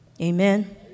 Amen